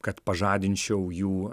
kad pažadinčiau jų